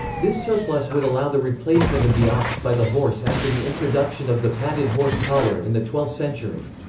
this surplus would allow the replacement of the ox by the horse after the introduction of the padded horse collar in the twelfth century.